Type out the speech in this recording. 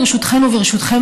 ברשותכן וברשותכם,